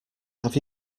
have